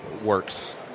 Works